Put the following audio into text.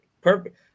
perfect